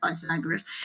Pythagoras